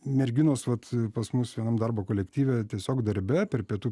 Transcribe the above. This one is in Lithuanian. merginos vat pas mus vienam darbo kolektyve tiesiog darbe per pietų